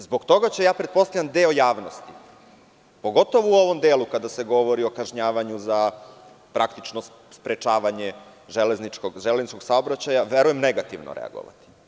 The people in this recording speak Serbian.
Zbog toga će, pretpostavljam, deo javnosti, pogotovo u ovom delu kada se govori o kažnjavanju za praktično sprečavanja železničkog saobraćaja, verujem, negativno reagovati.